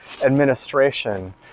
administration